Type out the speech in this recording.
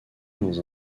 dans